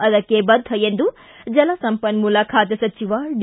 ಅದಕ್ಕೆ ಬದ್ದ ಎಂದು ಜಲಸಂಪನ್ನೂಲ ಖಾತೆ ಸಚಿವ ಡಿ